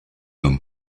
homme